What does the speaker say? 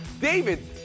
David